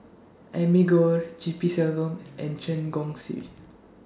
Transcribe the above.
Amy Khor G P Selvam and Chen Chong Swee